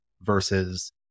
versus